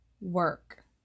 work